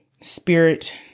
spirit